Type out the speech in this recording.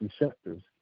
receptors